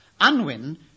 Unwin